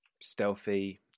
stealthy